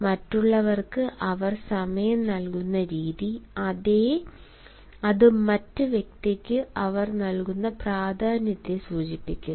മറ്റുള്ളവർക്ക് അവർ സമയം നൽകുന്ന രീതി അത് മറ്റ് വ്യക്തിക്ക് അവർ നൽകുന്ന പ്രാധാന്യത്തെ സൂചിപ്പിക്കുന്നു